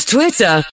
Twitter